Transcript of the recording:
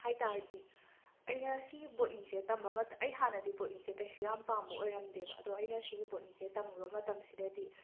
ꯍꯥꯏꯇꯥꯔꯗꯤ ꯑꯩꯅ ꯁꯤꯒꯤ ꯕꯣꯠꯅꯤꯁꯦ ꯇꯝꯕ ꯃꯠ ꯑꯩ ꯍꯥꯟꯅꯗꯤ ꯕꯣꯠꯅꯤꯁꯦ ꯀꯩꯁꯨ ꯌꯥꯝꯅ ꯄꯥꯝꯕ ꯑꯣꯏꯔꯝꯗꯦꯕ ꯑꯗꯣ ꯑꯩꯅ ꯁꯤꯒꯤ ꯕꯣꯠꯅꯤꯁꯦ ꯇꯝꯂꯨꯕ ꯃꯇꯝꯁꯤꯗꯗꯤ